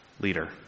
leader